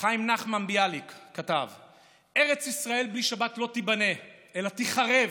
חיים נחמן ביאליק כתב: "ארץ ישראל בלי שבת לא תיבנה אלא תיחרב,